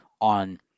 on